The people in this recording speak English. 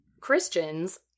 Christians